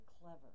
clever